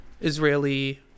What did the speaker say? Israeli